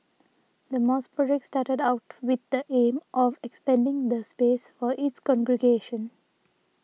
the mosque project started out with the aim of expanding the space for its congregation